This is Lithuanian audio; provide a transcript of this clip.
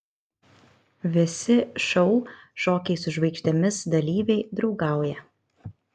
visi šou šokiai su žvaigždėmis dalyviai draugauja